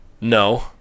no